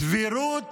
סבירות